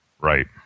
Right